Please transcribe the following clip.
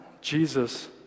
Jesus